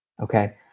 Okay